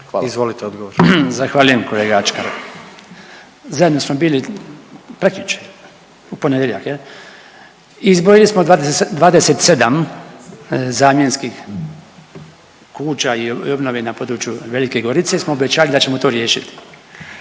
Branko (HDZ)** Zahvaljujem kolega Ačkar. Zajedno samo bili prekjučer, u ponedjeljak je li i izbrojili smo 27 zamjenskih kuća i obnove na području Velike Gorice smo obećali da ćemo to riješiti.